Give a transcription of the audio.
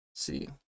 See